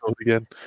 again